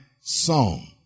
song